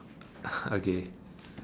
okay